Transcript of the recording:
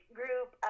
group